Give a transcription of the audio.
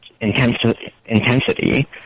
intensity